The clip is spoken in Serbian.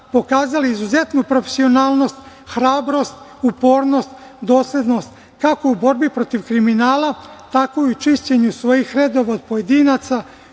pokazali izuzetnu profesionalnost hrabrost, upornost, doslednost, kako u borbi protiv kriminala, tako i u čišćenju svojih redova od pojedinaca